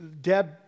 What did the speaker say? Deb